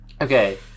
Okay